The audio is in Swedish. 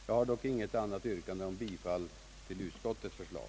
Jag har dock intet annat yrkande än om bifall till utskottets förslag.